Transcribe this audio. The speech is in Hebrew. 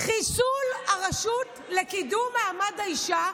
חיסול הרשות לקידום מעמד האישה,